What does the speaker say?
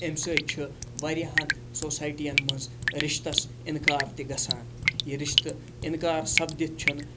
أمۍ سۭتۍ چھِ واریاہَن سوسایٹِیَن منٛز رِشتَس اِنکار تہِ گَژھان یہِ رِشتہٕ اِنکار سَپدِتھ چھُنہٕ